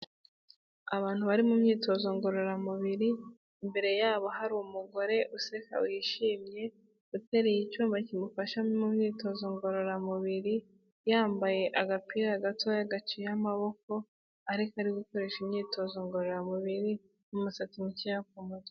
Abantu bari mu myitozo ngororamubiri, imbere yabo hari umugore useka wishimye, uteruye icyuma kimufasha mu myitozo ngororamubiri, yambaye agapira gatoya gaciye amaboko, ariko ari gukoresha imyitozo ngororamubiri, n'umusatsi mukeya ku mutwe.